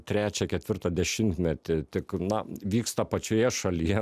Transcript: trečią ketvirtą dešimtmetį tik na vyksta pačioje šalyje